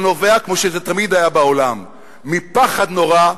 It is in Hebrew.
שנובע, כמו שזה תמיד היה בעולם, מפחד נורא,